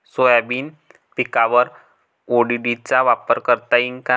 Soybean पिकावर ODT चा वापर करता येईन का?